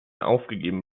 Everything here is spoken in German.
aufgegeben